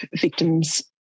victims